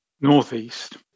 northeast